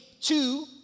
two